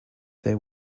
there